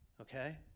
Okay